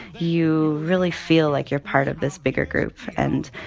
you really feel like you're part of this bigger group. and,